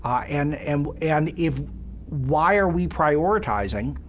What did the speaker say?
um and and and if why are we prioritizing